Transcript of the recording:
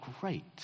great